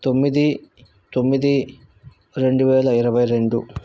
తొమ్మిది తొమ్మిది రెండువేల ఇరవైరెండు